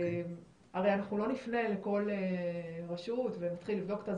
הרי אנחנו לא נפנה לכל רשות ונתחיל לבדוק אותה,